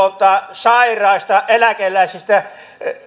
sairaista ja eläkeläisistä ja